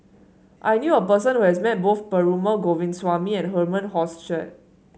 I knew a person who has met both Perumal Govindaswamy and Herman Hochstadt